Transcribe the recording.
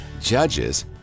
Judges